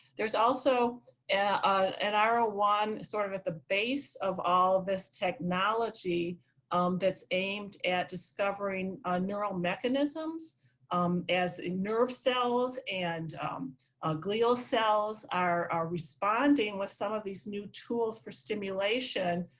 there's also an r ah one sort of at the base of all this technology that's aimed at discovering neural mechanisms as nerve cells and glial cells are responding responding with some of these new tools for stimulation,